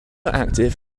active